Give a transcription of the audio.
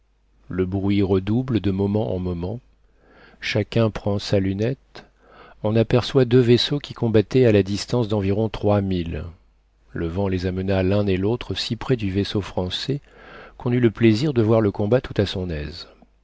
le bruit redouble de moment en moment chacun prend sa lunette on aperçoit deux vaisseaux qui combattaient à la distance d'environ trois milles le vent les amena l'un et l'autre si près du vaisseau français qu'on eut le plaisir de voir le combat tout à son aise